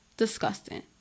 disgusting